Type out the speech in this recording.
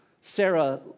Sarah